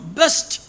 best